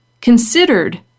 considered